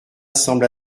semble